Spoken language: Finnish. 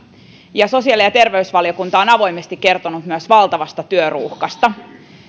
ja sosiaali ja terveysvaliokunta on avoimesti kertonut myös valtavasta työruuhkasta